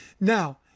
Now